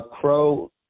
Crow